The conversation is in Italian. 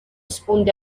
spunti